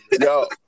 Yo